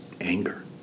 anger